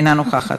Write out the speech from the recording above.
באה לעגן את המעמד